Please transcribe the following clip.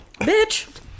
Bitch